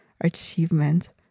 achievement